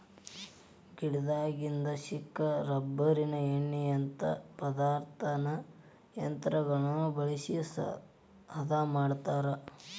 ಗಿಡದಾಗಿಂದ ಸಿಕ್ಕ ರಬ್ಬರಿನ ಎಣ್ಣಿಯಂತಾ ಪದಾರ್ಥಾನ ಯಂತ್ರಗಳನ್ನ ಬಳಸಿ ಹದಾ ಮಾಡತಾರ